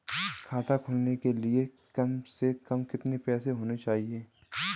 खाता खोलने के लिए कम से कम कितना पैसा होना चाहिए?